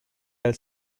dal